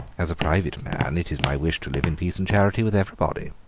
as a private man, it is my wish to live in peace and charity with every body.